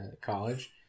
college